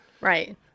Right